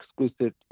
exclusive